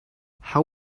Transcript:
how